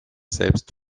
selbst